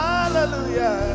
Hallelujah